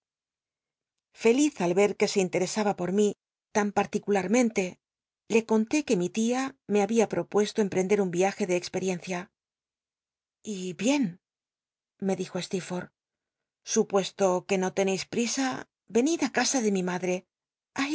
feli al ver que se interesaba por mi tan part icu larmcntc le conté c uc mi tia me habi t propuesto iaje de experiencia emprender un y y bien me dijo steerfortb supuesto c ue no lcneis pl i a venid á casa de mi madre